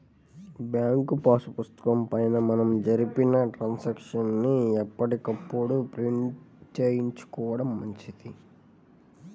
bank pass పుస్తకం పైన మనం జరిపిన ట్రాన్సాక్షన్స్ ని ఎప్పటికప్పుడు ప్రింట్ చేయించుకోడం మంచిది